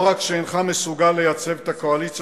לא רק שאינך מסוגל לייצב את הקואליציה